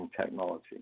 technology